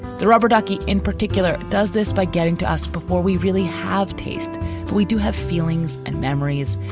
the rubber ducky in particular does this by getting to us before we really have taste. if we do have feelings and memories,